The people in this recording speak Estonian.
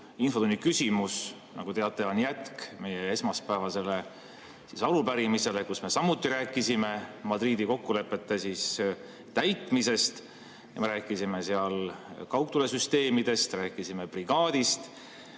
infotunni küsimus, nagu teate, on jätk meie esmaspäevasele arupärimisele, kus me samuti rääkisime Madridi kokkulepete täitmisest. Me rääkisime seal kaugtulesüsteemidest, rääkisime brigaadist.